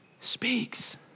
speaks